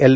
L